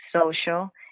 social